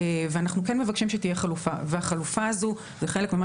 אנחנו כן מבקשים שתהיה חלופה והחלופה הזו היא חלק ממה